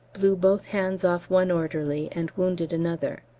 blew both hands off one orderly, and wounded another.